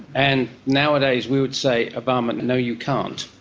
and nowadays we would say obama no, you can't.